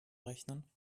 rechnen